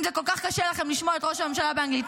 אם זה כל כך קשה לכם לשמוע את ראש הממשלה באנגלית,